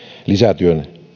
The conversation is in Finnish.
lisätyön